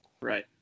Right